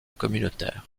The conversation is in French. communautaire